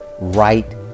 right